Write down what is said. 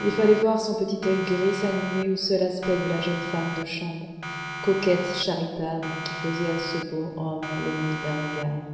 il fallait voir son petit oeil gris s'animer au seul aspect de la jeune femme de chambre coquette charitable qui faisait à ce bon homme l'aumône d'un regard